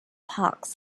hawks